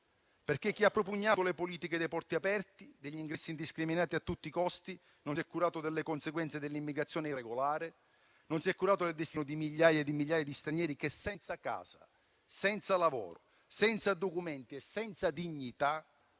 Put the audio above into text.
Chi ha propugnato le politiche dei porti aperti e degli ingressi indiscriminati a tutti i costi non si è curato delle conseguenze dell'immigrazione irregolare, né del destino di migliaia di stranieri che, senza casa, senza lavoro, senza documenti e senza dignità,